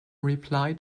reply